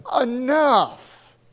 enough